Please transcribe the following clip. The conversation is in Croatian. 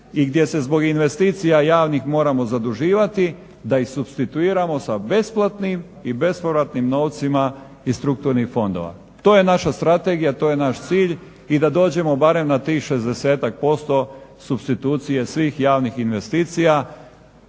i gdje se zbog investicija javnih moramo zaduživati da ih supstituiramo sa besplatnim i bespovratnim novcima iz strukturnih fondova. To je naša strategija, to je naš cilj i da dođemo barem na tih 60-ak posto supstitucije svih javnih investicija.